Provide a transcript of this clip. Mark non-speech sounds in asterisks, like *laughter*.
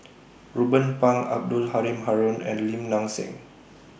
*noise* Ruben Pang Abdul Halim Haron and Lim Nang Seng